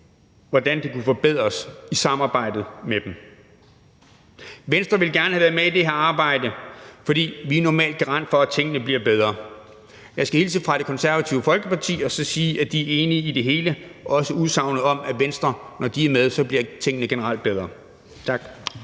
hvordan det kunne forbedres i samarbejdet med dem? Venstre ville gerne have været med i det her arbejde, fordi vi normalt er garant for, at tingene bliver bedre. Jeg skal hilse fra Det Konservative Folkeparti og sige, at de er enige i det hele, også i udsagnet om, at når Venstre er med, bliver tingene generelt bedre. Tak.